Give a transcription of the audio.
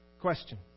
Question